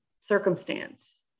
circumstance